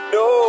no